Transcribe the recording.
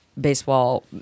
baseball